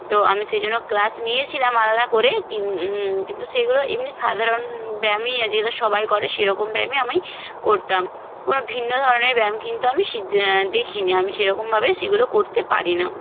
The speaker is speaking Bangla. তো আমি সেইজন্য ক্লাস নিয়েছিলাম আলাদা করে কিন কিন্তু সেগুলো এমনি সাধারণ ব্যায়ামই যেগুলো সবাই করে সেরকম ব্যায়ামই আমি করতাম কোনো ভিন্ন ধরনের ব্যায়াম কিন্তু আমি শি দেখিনি আমি সেরকমভাবে সেগুলো করতে পারি না